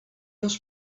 els